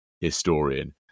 historian